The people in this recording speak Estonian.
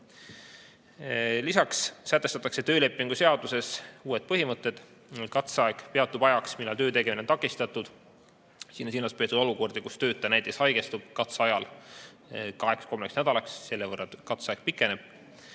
Lisaks sätestatakse töölepingu seaduses uued põhimõtted. Katseaeg peatub ajaks, millal töö tegemine on takistatud. Siin on silmas peetud olukordi, kus töötaja näiteks haigestub katseajal kaheks-kolmeks nädalaks. Selle võrra katseaeg pikeneb.